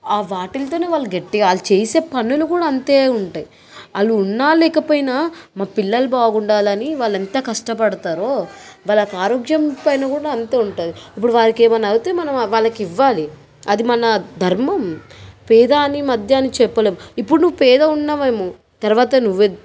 వాటిలతోనే వాళ్ళు గట్టిగా వాళ్ళు చేసే పనులు కూడా అంతే ఉంటాయి వాళ్ళు ఉన్నా లేకపోయినా మా పిల్లలు బాగుండాలని వాళ్ళెంత కష్టపడతారో వాళ్ళకారోగ్యం పైన కూడా అంతే ఉంటుంది ఇప్పుడు వాళ్ళకేమన్నా అయితే మనం వాళ్ళకివ్వాలి అది మన ధర్మం పేద అని మధ్యా అని చెప్పలేం ఇప్పుడు నువ్వు పేదగున్నావేమో తర్వాత నువ్వే